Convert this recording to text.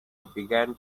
began